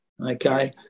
okay